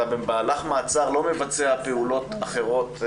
במהלך מעצר אתה לא מבצע פעולות אחרות,